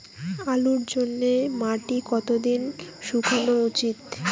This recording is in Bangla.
আলুর জন্যে মাটি কতো দিন শুকনো উচিৎ?